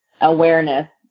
awareness